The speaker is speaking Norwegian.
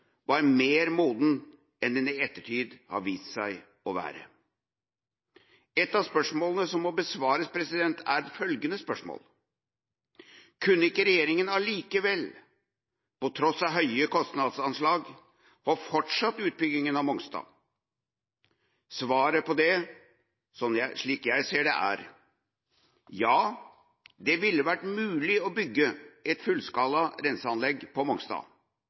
var mer moden enn den i ettertid har vist seg å være. Et av spørsmålene som må besvares, er følgende: Kunne ikke regjeringa allikevel, på tross av høye kostnadsanslag, ha fortsatt utbygginga på Mongstad? Svaret på det er, slik jeg ser det: Ja, det ville vært mulig å bygge et fullskala renseanlegg på Mongstad,